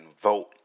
vote